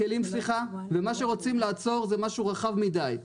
ומה שרוצים לעצור זה משהו רחב מדי.